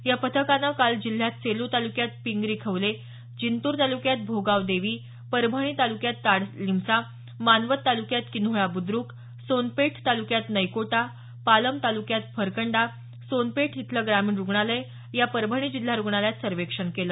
या पथकानं काल जिल्ह्यात सेलू तालुक्यात पिंपरी खवले जिंतूर तालुक्यात भोगाव देवी परभणी तालुक्यात ताडलिमला मानवत तालुक्यात किन्होळा बुद्रुक सोनपेठ तालुक्यात नैकोटा पालम तालुक्यात फरकंडा सोनपेठ इथलं ग्रामीण रुग्णालया तसंच परभणी जिल्हा रुग्णालयात सर्वेक्षण केलं